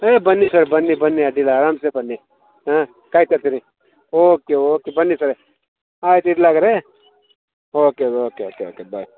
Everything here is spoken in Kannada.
ಹೇ ಬನ್ನಿ ಸರ್ ಬನ್ನಿ ಬನ್ನಿ ಅಡ್ಡಿಯಿಲ್ಲ ಆರಾಮ್ಸೇ ಬನ್ನಿ ಹಾಂ ಕಾಯ್ತಾ ಇರ್ತೀನಿ ಓಕೆ ಓಕೆ ಬನ್ನಿ ಸರ್ ಆಯ್ತು ಇಡ್ಲಾ ಹಾಗಾದ್ರೆ okay okay okay okay by